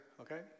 okay